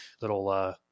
little